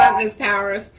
ms. powers.